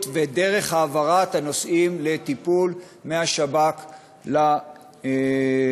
ודרך העברת הנושאים לטיפול מהשב"כ לרשות.